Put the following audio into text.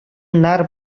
нар